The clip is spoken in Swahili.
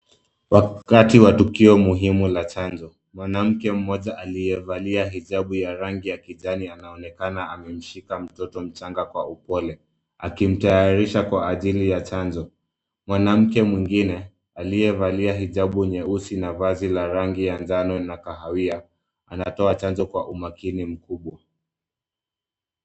Wakati wa tukio muhimu la chanjo. Mwanamke mmoja aliyevalia hijabu ya rangi ya kijani anaonekana amemshika mtoto mchanga kwa upole. Akimtayarisha kwa ajili ya chanjo. Mwanamke mwingine, aliyevalia hijabu nyeusi na vazi la rangi ya ngano na kahawia, anatoa chanjo kwa umakini mkubwa.